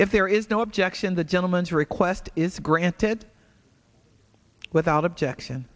if there is no objection the gentleman's request is granted without objection